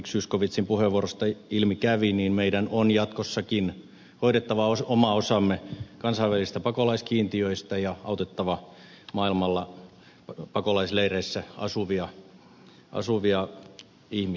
zyskowiczin puheenvuorosta ilmi kävi meidän on jatkossakin hoidettava oma osamme kansainvälisestä pakolaiskiintiöstä ja autettava maailmalla pakolaisleireissä asuvia ihmisiä